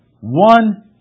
one